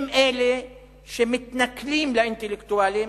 הם שמתנכלים לאינטלקטואלים,